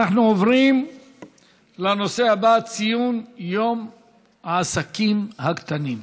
אנחנו עוברים לנושא הבא: ציון יום העסקים הקטנים.